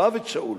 הוא אהב את שאול.